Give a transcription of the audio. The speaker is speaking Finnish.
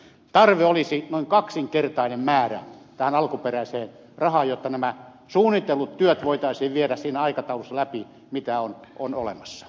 tarve olisi noin kaksinkertainen määrä tähän alkuperäiseen rahaan jotta nämä suunnitellut työt voitaisiin viedä siinä aikataulussa läpi mikä on olemassa